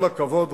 כל הכבוד,